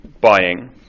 buying